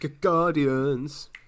Guardians